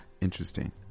Interesting